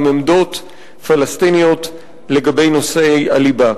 עמדות פלסטיניות לגבי נושאי הליבה.